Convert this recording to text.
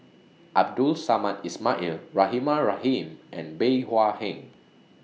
Abdul Samad Ismail Rahimah Rahim and Bey Hua Heng